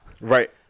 Right